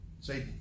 say